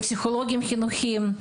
עם פסיכולוגיים חינוכיים,